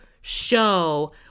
show